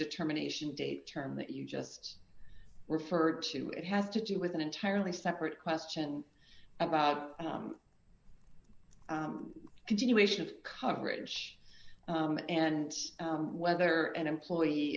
determination date term that you just referred to it has to do with an entirely separate question about continuation coverage and whether an employee